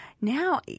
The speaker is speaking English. Now